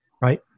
Right